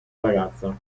ragazza